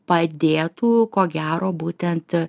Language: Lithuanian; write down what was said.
padėtų ko gero būtent